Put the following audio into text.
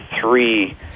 three